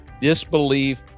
disbelief